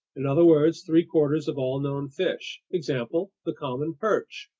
in other words, three-quarters of all known fish. example the common perch.